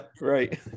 right